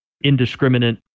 indiscriminate